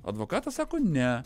advokatas sako ne